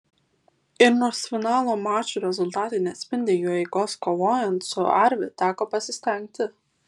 ir nors finalo mačų rezultatai neatspindi jų eigos kovojant su arvi teko pasistengti